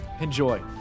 Enjoy